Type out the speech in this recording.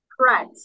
correct